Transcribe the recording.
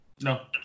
No